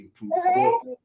improved